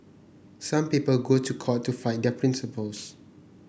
some people go to court to fight their principles